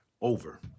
over